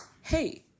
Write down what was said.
hey